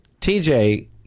TJ